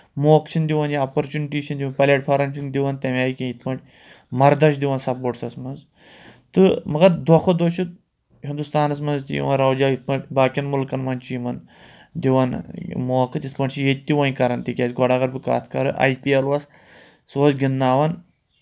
موقعہٕ چھِنہٕ دِوان یا اَپورچُنِٹی چھِنہٕ دِوان پَلیٹفارَم چھِنہٕ دِوان تَمہِ آیہِ کینٛہہ یِتھ پٲٹھۍ مَردَس چھِ دِوان سپوٹسَس منٛز تہٕ مگر دۄہ کھۄتہٕ دۄہ چھُ ہِنٛدُستانَس منٛز تہِ یِوان رَوجا یِتھ پٲٹھۍ باقٕیَن مٕلکَن منٛز چھِ یِمَن دِوان موقعہٕ تِتھ پٲٹھۍ چھِ ییٚتہِ تہِ وۄنۍ کَران تِکیٛازِ گۄڈٕ اگر بہٕ کَتھ کَرٕ آی پی ایل اوس سُہ اوس گِنٛدناوان